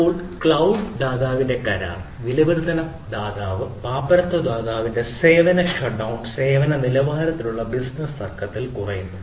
എപ്പോൾ ക്ലൌഡ് ദാതാവിന്റെ കരാർ വില വർദ്ധന ദാതാവ് പാപ്പരത്വ ദാതാവിന്റെ സേവന ഷട്ട്ഡൌൺ സേവന നിലവാരത്തിലുള്ള ബിസിനസ്സ് തർക്കത്തിൽ കുറയുന്നു